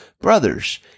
Brothers